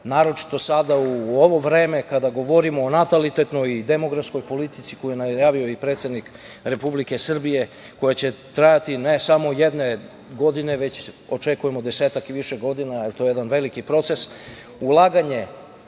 naročito sada u ovo vreme kada govorimo o natalitetnoj i demografskoj politici, koju je najavio i predsednik Republike Srbije, koja će trajati ne samo jedne godine već očekujemo desetak i više godina jer to je jedan veliki proces, ulaganje